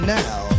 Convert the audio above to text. now